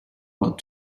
what